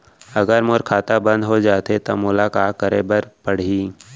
अगर मोर खाता बन्द हो जाथे त मोला का करे बार पड़हि?